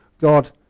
God